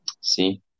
See